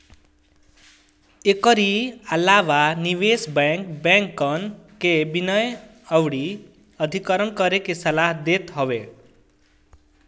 एकरी अलावा निवेश बैंक, बैंकन के विलय अउरी अधिग्रहण करे के सलाह देत हवे